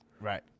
Right